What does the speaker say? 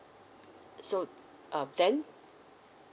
so uh then